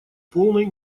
полной